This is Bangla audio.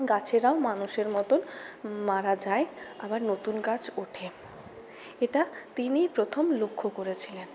গাছেরাও মানুষের মতন মারা যায় আবার নতুন গাছ ওঠে এটা তিনিই প্রথম লক্ষ্য করেছিলেন